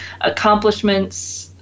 accomplishments